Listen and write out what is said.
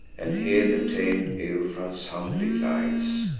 and here the tam'd euphrates humbly glides,